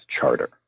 charter